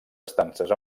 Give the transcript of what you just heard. estances